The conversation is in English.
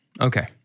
Okay